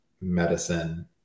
medicine